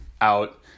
out